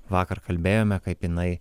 vakar kalbėjome kaip jinai